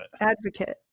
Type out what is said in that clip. Advocate